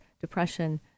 depression